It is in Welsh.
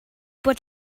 bod